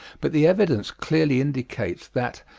but the evidence clearly indicates that,